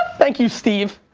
thank you, steve.